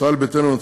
ישראל ביתנו,